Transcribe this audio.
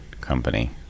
company